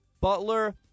Butler